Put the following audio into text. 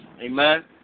Amen